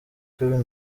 kevin